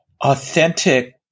authentic